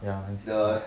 ya N_C_C